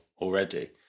already